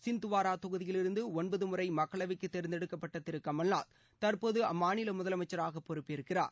சிந்துவாரா தொகுதியிலிருந்து ஒன்பது முறை மக்களவைக்கு தேர்ந்தெடுக்கப்பட்ட திரு கமல்நாத் தற்போது அம்மாநில முதலமைச்சராக பொறுப்பேற்கிறார்